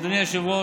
אדוני היושב-ראש,